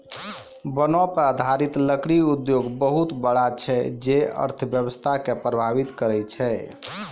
वनो पर आधारित लकड़ी उद्योग बहुत बड़ा छै जे अर्थव्यवस्था के प्रभावित करै छै